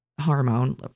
hormone